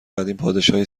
قدیم، پادشاهی